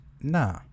Nah